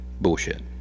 bullshit